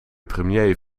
premier